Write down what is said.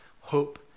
hope